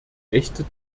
echte